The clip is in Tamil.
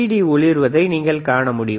டி ஒளிர்வதை நீங்கள் காண முடியும்